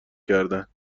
کردن